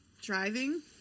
driving